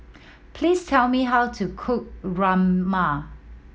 please tell me how to cook Rajma